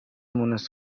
مونس